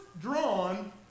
drawn